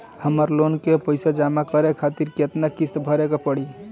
हमर लोन के पइसा जमा करे खातिर केतना किस्त भरे के होई?